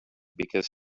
because